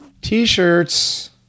t-shirts